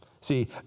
See